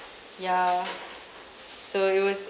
yeah so it was